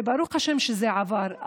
וברוך השם שזה עבר.